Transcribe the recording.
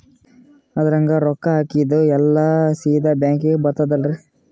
ಅದ್ರಗ ರೊಕ್ಕ ಹಾಕಿದ್ದು ಅದು ಎಲ್ಲಾ ಸೀದಾ ಬ್ಯಾಂಕಿಗಿ ಬರ್ತದಲ್ರಿ?